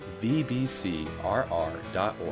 vbcrr.org